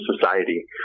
society